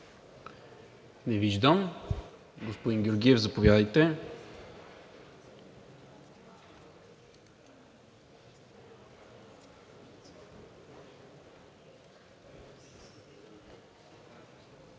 Не виждам. Господин Георгиев, заповядайте.